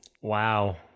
Wow